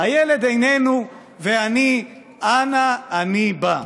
"הילד איננו ואני אנה אני בא".